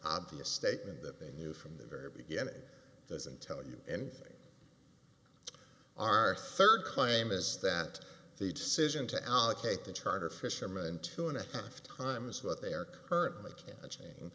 obvious statement that they knew from the very beginning doesn't tell you anything our third claim is that the decision to allocate the charter fisherman two and a half times what they are c